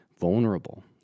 vulnerable